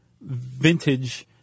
vintage